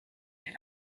der